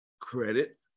credit